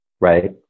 right